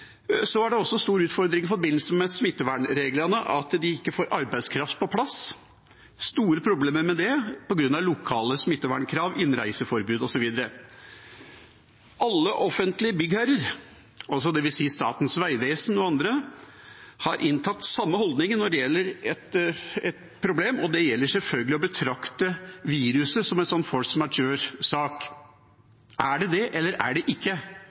Så er det en stor utfordring i forbindelse med smittevernreglene at man ikke får arbeidskraft på plass. Det er store problemer med det på grunn av lokale smittevernkrav, innreiseforbud osv. Alle offentlige byggherrer, det vil si Statens vegvesen og andre, har inntatt samme holdning når det gjelder et problem, og det gjelder selvfølgelig det å betrakte viruset som en slags force majeure-sak. Er det det eller er det det ikke?